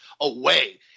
away